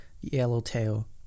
yellowtail